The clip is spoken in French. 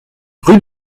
rue